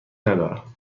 ندارم